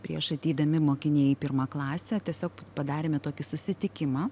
prieš ateidami mokiniai į pirmą klasę tiesiog padarėme tokį susitikimą